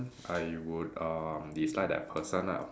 I would uh dislike that person lah